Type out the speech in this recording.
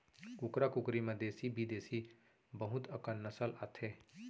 कुकरा कुकरी म देसी बिदेसी बहुत अकन नसल आथे